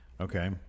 Okay